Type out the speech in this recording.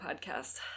podcast